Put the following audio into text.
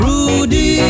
Rudy